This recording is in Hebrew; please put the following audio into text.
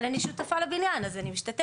אבל מכיוון שאני שותפה בבניין, אני משתתפת.